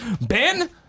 Ben